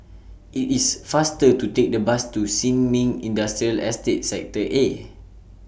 IT IS faster to Take The Bus to Sin Ming Industrial Estate Sector A